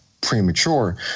premature